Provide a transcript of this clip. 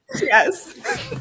yes